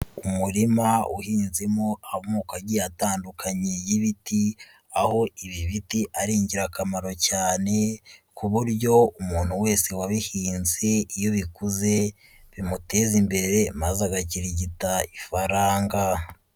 Umurima uhinzemo amoko agiye atandukanye y'ibiti aho ibi biti ari ingirakamaro cyane ku buryo umuntu wese wabihinze iyo bikuze, bimuteza imbere maze agakirigita ifaranga.